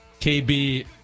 KB